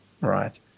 right